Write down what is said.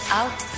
out